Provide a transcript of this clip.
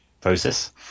process